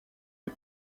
les